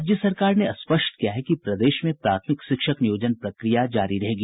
राज्य सरकार ने स्पष्ट किया है कि प्रदेश में प्राथमिक शिक्षक नियोजन प्रक्रिया जारी रहेगी